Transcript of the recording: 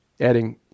adding